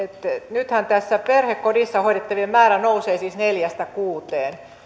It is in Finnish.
nythän perhekodissa hoidettavien määrä nousee siis neljästä kuuteen